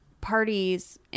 parties